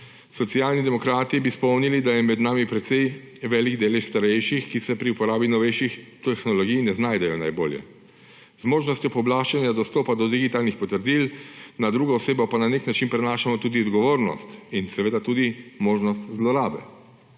Socialni demokrati bi spomnili, da je med nami precej velik delež starejših, ki se pri uporabi novejših tehnologij ne znajdejo najbolje. Z možnostjo pooblaščanja dostopa do digitalnih potrdil na drugo osebo pa na nek način prenašamo tudi odgovornost in seveda tudi možnost zlorabe.